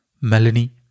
Melanie